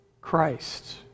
Christ